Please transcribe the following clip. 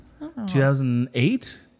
2008